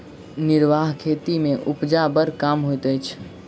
निर्वाह खेती मे उपजा बड़ कम होइत छै